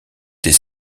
des